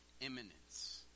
imminence